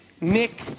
Nick